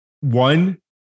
one